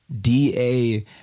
DA